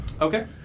Okay